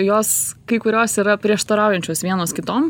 jos kai kurios yra prieštaraujančios vienos kitom